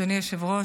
אדוני היושב-ראש,